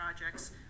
projects